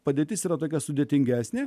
padėtis yra tokia sudėtingesnė